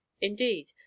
indeed